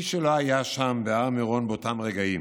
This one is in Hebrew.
מי שלא היה שם, בהר מירון, באותם רגעים,